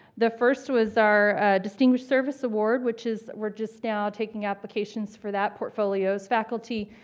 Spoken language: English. the first was our distinguished service award, which is we're just now taking applications for that, portfolios, faculty.